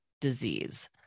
disease